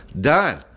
Done